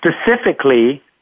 specifically